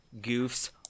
goofs